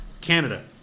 canada